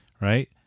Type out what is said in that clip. right